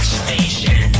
station